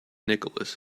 nicholas